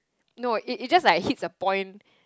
no it it's just like hit the point